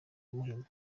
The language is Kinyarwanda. muhima